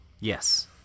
yes